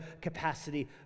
capacity